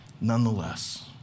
Nonetheless